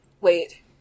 wait